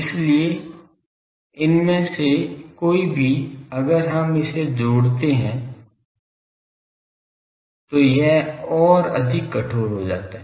इसलिए इनमें से कोई भी अगर हम इसे जोड़ते हैं तो यह और अधिक कठोर हो जाता है